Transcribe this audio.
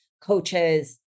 coaches